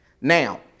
Now